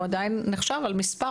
הוא עדיין נחשב על מספר,